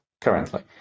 currently